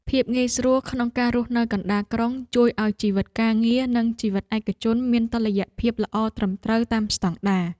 ភាពងាយស្រួលក្នុងការរស់នៅកណ្តាលក្រុងជួយឱ្យជីវិតការងារ និងជីវិតឯកជនមានតុល្យភាពល្អត្រឹមត្រូវតាមស្តង់ដារ។